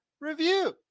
review